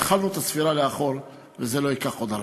התחלנו את הספירה לאחור וזה לא ייקח עוד הרבה.